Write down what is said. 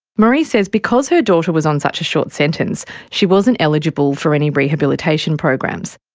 maree says because her daughter was on such a short sentence, she wasn't eligible for any rehabilitation programs,